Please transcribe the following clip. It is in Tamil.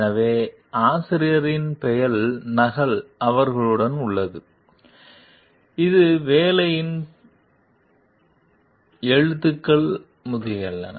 எனவே ஆசிரியரின் பெயர் நகல் அவர்களுடன் உள்ளது இது வேலையின் துண்டு எழுத்துக்கள் முதலியன